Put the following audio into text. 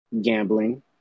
gambling